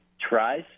tries